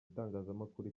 itangazamakuru